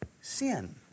Sin